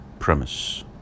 premise